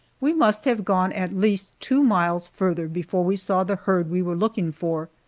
we must have gone at least two miles farther before we saw the herd we were looking for,